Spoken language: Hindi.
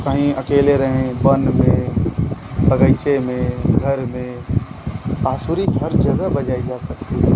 कहीं अकेले रहें बन में बग़ीचे में घर में बांसुरी हर जगह बजाई जा सकती है